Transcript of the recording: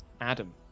Adam